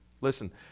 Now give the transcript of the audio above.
Listen